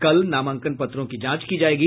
कल नामांकन पत्रों की जांच की जायेगी